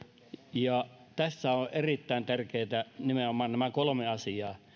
ja tässä ovat erittäin tärkeitä nimenomaan nämä kolme asiaa